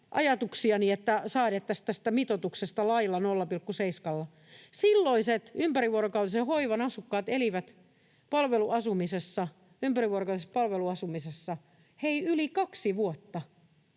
ajatuksiani, että säädettäisiin tästä mitoituksesta lailla 0,7:ään, silloiset ympärivuorokautisen hoivan asukkaat elivät ympärivuorokautisessa palveluasumisessa, hei, yli kaksi vuotta.